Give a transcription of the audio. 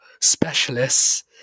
specialists